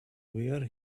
wear